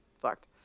fucked